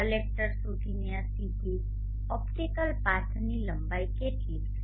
collector સુધીની આ સીધી ઓપ્ટિકલ પાથની લંબાઈ કેટલી છે